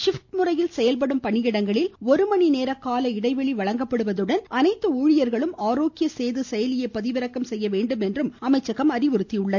shift முறையில் செயல்படும் பணியிடங்களில் ஒரு மணி நேரம் கால இடைவெளி வழங்கப்படுவதுடன் அனைத்து ஊழியர்களும் ஆரோக்கிய சேது செயலியை பதிவிறக்கம் செய்ய வேண்டும் என்றும் அறிவுறுத்தியுள்ளது